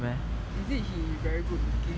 is it he very good looking